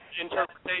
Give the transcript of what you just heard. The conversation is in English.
interpretation